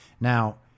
Now